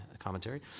commentary